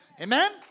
Amen